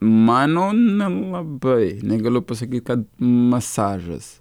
mano nelabai negaliu pasakyi kad masažas